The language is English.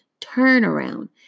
turnaround